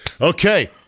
Okay